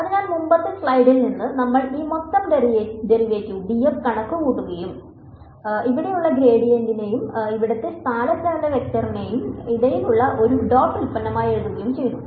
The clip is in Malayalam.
അതിനാൽ മുമ്പത്തെ സ്ലൈഡിൽ നിന്ന് ഞങ്ങൾ ഈ മൊത്തം ഡെറിവേറ്റീവ് df കണക്കുകൂട്ടുകയും ഇവിടെയുള്ള ഗ്രേഡിയന്റിനും ഇവിടത്തെ സ്ഥാനചലന വെക്റ്ററിനും ഇടയിലുള്ള ഒരു ഡോട്ട് ഉൽപ്പന്നമായി എഴുതുകയും ചെയ്തു